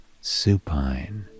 supine